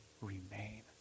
remain